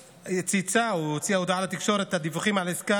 צייצה או הוציאה הודעה לתקשורת שהדיווחים על עסקה